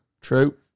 True